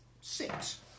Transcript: six